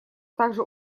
также